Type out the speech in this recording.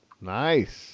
Nice